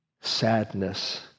sadness